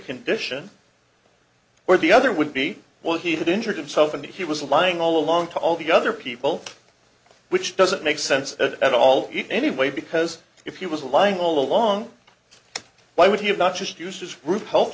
condition where the other would be well he had injured himself and he was lying all along to all the other people which doesn't make sense at all anyway because if he was lying all along why would he have not just used his group health